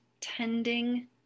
tending